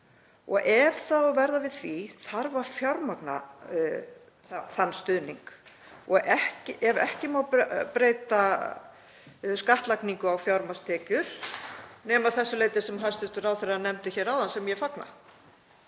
Ef verða á við því þarf að fjármagna þann stuðning og ef ekki má breyta skattlagningu á fjármagnstekjur nema að þessu leyti sem hæstv. ráðherra nefndi hér áðan, sem ég fagna,